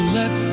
let